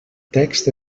text